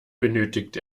benötigt